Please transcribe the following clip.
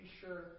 sure